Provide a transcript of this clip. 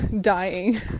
dying